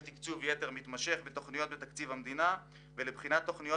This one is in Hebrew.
תקצוב יתר מתמשך בתכניות בתקציב המדינה ולבחינת תכניות